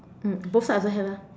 mm both side also have lah